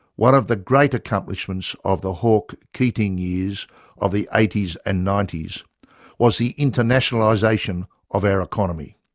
one of the great accomplishments of the hawke keating years of the eighty s and ninety s was the internationalisation of our economy.